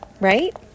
Right